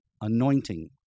anointing